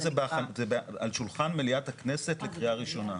זה כרגע על שולחן מליאת הכנסת לקריאה ראשונה.